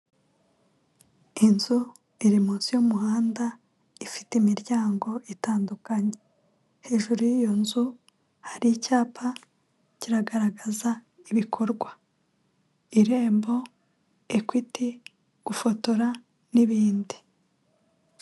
Inzu iri munsi y'umuhanda ifite imiryango itandukanye, hejuru y'iyo nzu hari icyapa kiragaragaza ibikorwa irembo, ekwiti, gufotora n'ibindi.